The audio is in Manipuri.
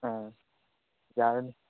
ꯑꯥ ꯌꯥꯔꯅꯤ